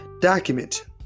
document